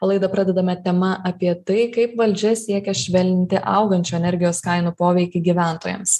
o laidą pradedame tema apie tai kaip valdžia siekia švelninti augančių energijos kainų poveikį gyventojams